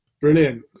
Brilliant